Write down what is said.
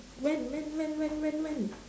when when when when when when